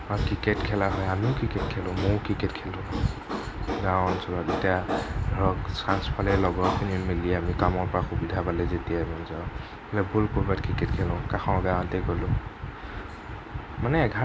আৰু ক্ৰিকেট খেলা হয় আমিও ক্ৰিকেট খেলোঁ ময়ো ক্ৰিকেট খেলোঁ গাওঁ অঞ্চলত এতিয়া ধৰক ছাঞ্চ পালেই লগৰখিনি মিলি আমি কামৰ পৰা সুবিধা পালেই যেতিয়াই মন যায় ব'ল ক'ৰবাত ক্ৰিকেট খেলোঁ কাষৰ গাওঁতে গ'লো